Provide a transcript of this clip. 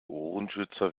ohrenschützer